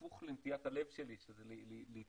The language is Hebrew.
הפוך לנטיית הלב שלי שזה להתפרס,